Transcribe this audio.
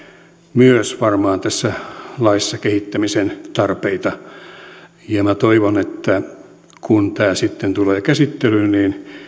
myös varmaan tässä laissa kehittämisen tarpeita ja minä toivon että kun tämä sitten tulee käsittelyyn niin